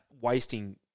wasting